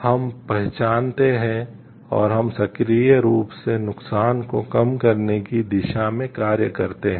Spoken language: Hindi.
हम पहचानते हैं और हम सक्रिय रूप से नुकसान को कम करने की दिशा में कार्य करते हैं